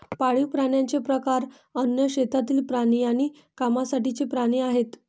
पाळीव प्राण्यांचे प्रकार अन्न, शेतातील प्राणी आणि कामासाठीचे प्राणी आहेत